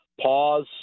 pause